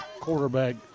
quarterback